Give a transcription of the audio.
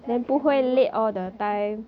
then I can be at work on time